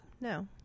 No